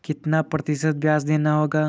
कितना प्रतिशत ब्याज देना होगा?